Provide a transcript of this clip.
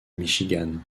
michigan